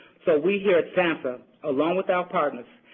so we here at samhsa, along with our partners,